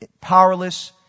powerless